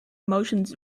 emotions